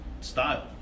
style